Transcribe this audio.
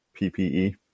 PPE